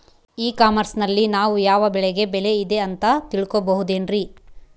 E commerce ನಲ್ಲಿ ನಾವು ಯಾವ ಬೆಳೆಗೆ ಬೆಲೆ ಇದೆ ಅಂತ ತಿಳ್ಕೋ ಬಹುದೇನ್ರಿ?